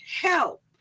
help